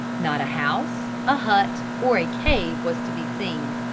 not a house, a hut or a cave was to be seen.